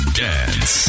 dance